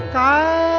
da